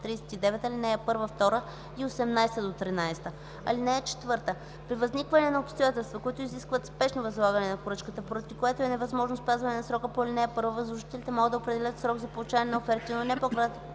39, ал. 1, 2 и 8 – 13. (4) При възникване на обстоятелства, които изискват спешно възлагане на поръчка, поради което е невъзможно спазването на срока по ал. 1, възложителите могат да определят срок за получаване на оферти, не по-кратък